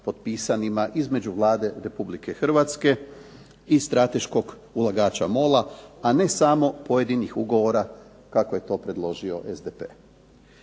između Vlade Republike Hrvatske i strateškog ulagača MOL-a a ne samo pojedinih ugovora kako je to predložio SDP.